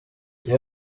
iyo